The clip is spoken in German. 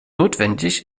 notwendig